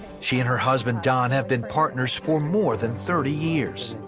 she and her husband don have been partners for more than thirty years.